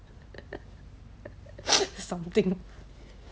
something